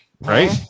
Right